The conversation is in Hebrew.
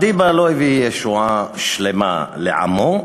מדיבה לא הביא ישועה שלמה לעמו,